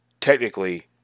technically